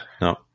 No